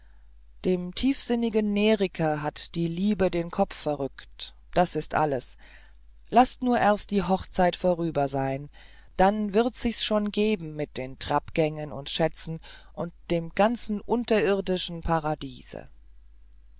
dem tiefsinnigen neriker hat die liebe den kopf verrückt das ist alles laßt nur erst die hochzeit vorüber sein dann wird's sich schon geben mit den trappgängen und schätzen und dem ganzen unterirdischen paradiese